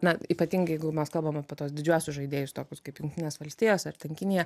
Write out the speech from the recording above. na ypatingai jeigu mes kalbame apie tuos didžiuosius žaidėjus tokius kaip jungtinės valstijos ar ten kinija